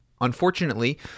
Unfortunately